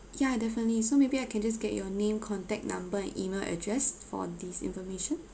ya definitely so maybe I can just get your name contact number and email address for this information